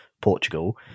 Portugal